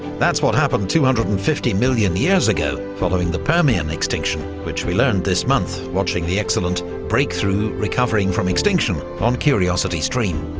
that's what happened two hundred and fifty million years ago following the permian extinction, which we learned this month watching the excellent breakthrough recovering from extinction' on curiositystream.